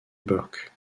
burke